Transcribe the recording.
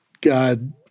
God